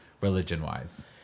religion-wise